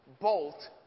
Bolt